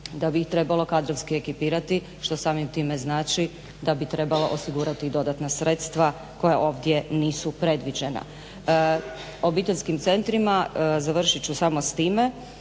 da bi ih trebalo kadrovski ekipirati što samim time znači da bi trebalo osigurati i dodatna sredstva koja ovdje nisu predviđena. Obiteljskim centrima, završit ću samo s time,